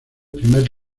primer